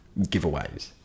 giveaways